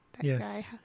Yes